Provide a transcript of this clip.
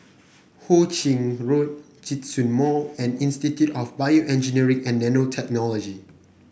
Ho Ching Road Djitsun Mall and Institute of BioEngineering and Nanotechnology